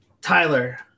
Tyler